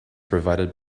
provided